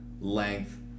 length